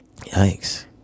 Yikes